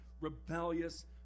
rebellious